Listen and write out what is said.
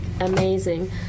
amazing